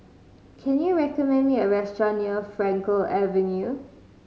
can you recommend me a restaurant near Frankel Avenue